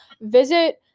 visit